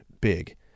big